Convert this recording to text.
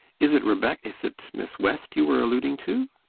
is it rebec is it miss west you are alluding to?